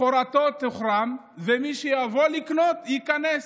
סחורתו תוחרם, ומי שיבוא לקנות ייקנס.